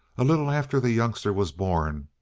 a little after the youngster was born.